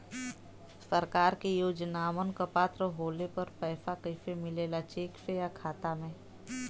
सरकार के योजनावन क पात्र होले पर पैसा कइसे मिले ला चेक से या खाता मे?